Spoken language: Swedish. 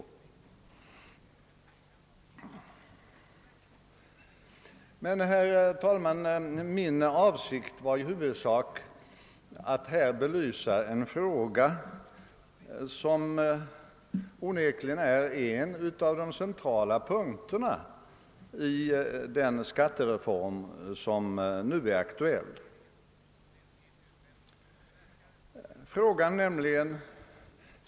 Herr talman! Min avsikt var i huvudsak att här belysa en fråga som onekligen är en av de centrala punkterna i den skattereform som är aktuell.